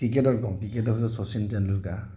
ক্ৰিকেটত কওঁ ক্ৰিকেটৰ হৈছে শচীন টেণ্ডুলকাৰ